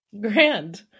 grand